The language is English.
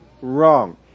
wrong